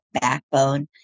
backbone